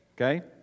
okay